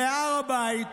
מהר הבית,